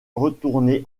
retourner